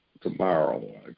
tomorrow